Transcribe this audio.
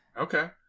Okay